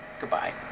goodbye